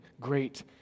great